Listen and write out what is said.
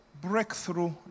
Breakthrough